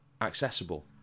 accessible